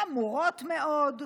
חמורות מאוד.